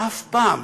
ואף פעם